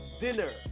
dinner